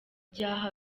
byaha